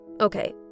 Okay